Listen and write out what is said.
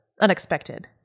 unexpected